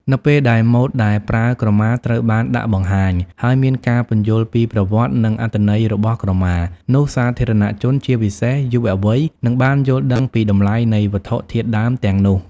នៅពេលដែលម៉ូដដែលប្រើក្រមាត្រូវបានដាក់បង្ហាញ ហើយមានការពន្យល់ពីប្រវត្តិ និងអត្ថន័យរបស់ក្រមា នោះសាធារណជន ជាពិសេសយុវវ័យ នឹងបានយល់ដឹងពីតម្លៃនៃវត្ថុធាតុដើមទាំងនោះ។